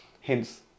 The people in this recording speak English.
Hence